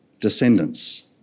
descendants